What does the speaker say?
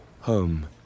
home